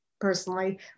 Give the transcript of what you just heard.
personally